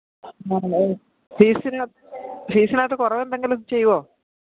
ആണോ ഫീസിന് ഫീസിനകത്ത് കുറവെന്തെങ്കിലും ചെയ്യുമോ